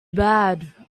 bad